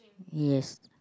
yes